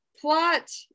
plot